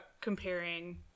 comparing